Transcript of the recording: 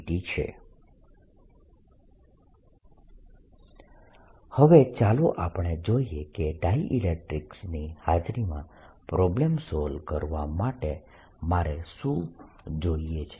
D0EP01eEK0Eϵ E હવે ચાલો આપણે જોઈએ કે ડાયઈલેક્ટ્રીકસ ની હાજરીમાં પ્રોબ્લમ સોલ્વ કરવા માટે મારે શું જોઈએ છે